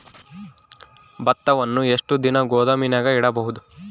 ಭತ್ತವನ್ನು ಎಷ್ಟು ದಿನ ಗೋದಾಮಿನಾಗ ಇಡಬಹುದು?